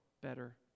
better